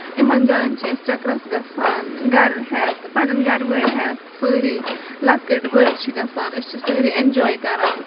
یِمن جاین چھِ أسۍ چکرَس گژھان گرٕ ہیٚتھ پَنٕنۍ گرٕ وٲلۍ ہیٚتھ سٲری لَکٕٹۍ بٔڑ چھ گژھان أسۍ چھِ سٲری اینجاے کران